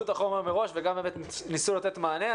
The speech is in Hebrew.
את החומר מראש וגם באמת ניסו לתת מענה.